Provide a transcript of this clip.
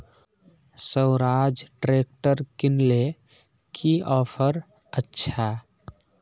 Swaraj tractor किनले की offer अच्छा?